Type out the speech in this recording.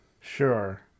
Sure